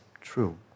true